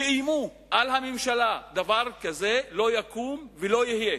ואיימו על הממשלה: דבר כזה לא יקום ולא יהיה.